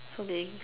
so they